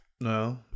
No